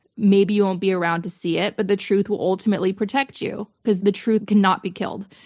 maybe you won't be around to see it, but the truth will ultimately protect you because the truth cannot be killed.